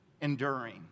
enduring